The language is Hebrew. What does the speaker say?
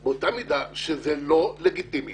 זנדברג, באותה מידה שזה לא לגיטימי